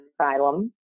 asylum